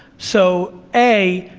so, a,